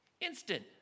Instant